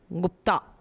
Gupta